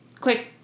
quick